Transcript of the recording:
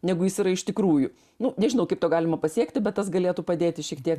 negu jis yra iš tikrųjų nu nežinau kaip to galima pasiekti bet tas galėtų padėti šiek tiek